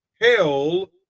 Hell